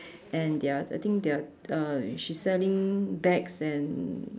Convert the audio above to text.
and they are I think they are uh she's selling bags and